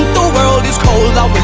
world is cold